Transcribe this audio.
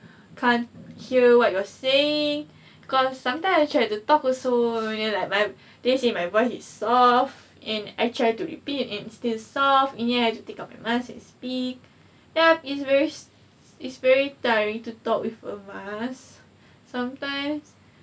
can't hear what you're saying cause sometimes I try to talk also and then like my this in my voice is soft and I try to repeat and it's still soft and then I have to take off my mask to speak yup it's very it's very tiring to talk with a mask sometimes